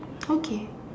okay